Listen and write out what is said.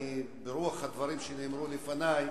ברוח הדברים שנאמרו לפני,